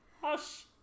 hush